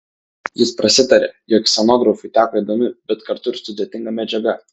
jis prasitarė jog scenografui teko įdomi bet kartu ir sudėtinga medžiaga